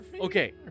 Okay